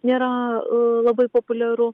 nėra labai populiaru